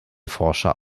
forscher